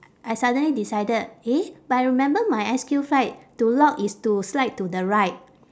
I suddenly decided eh but I remember my S_Q flight to lock is to slide to the right